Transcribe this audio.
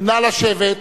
נא לשבת.